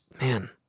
man